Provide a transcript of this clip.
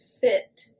Fit